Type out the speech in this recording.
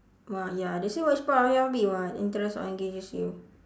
!wah! ya they say which part of your hobby [what] interests or engages you